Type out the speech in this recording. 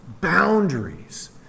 boundaries